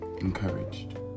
Encouraged